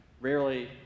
rarely